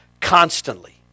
constantly